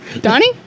Donnie